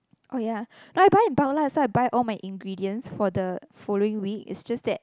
oh ya I buy in bulk lah so I buy all my ingredients for the following week it's just that